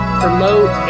promote